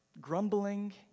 grumbling